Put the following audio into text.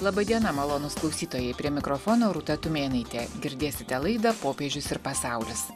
laba diena malonūs klausytojai prie mikrofono rūta tumėnaitė girdėsite laidą popiežius ir pasaulis